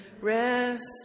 rest